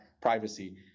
privacy